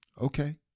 Okay